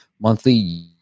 monthly